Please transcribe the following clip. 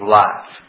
life